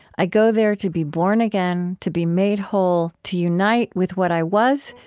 i go there to be born again to be made whole to unite with what i was,